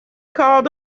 called